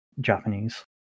Japanese